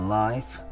life